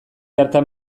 hartan